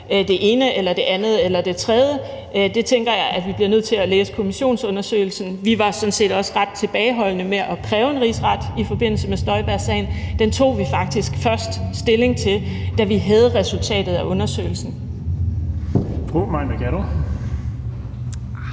det ene, det andet eller det tredje. Det tænker jeg at vi bliver nødt til at læse kommissionsundersøgelsen for at vide. Vi var sådan set også ret tilbageholdende med at kræve en rigsret i forbindelse med Inger Støjberg-sagen. Den tog vi faktisk først stilling til, da vi havde resultatet af undersøgelsen.